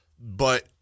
but-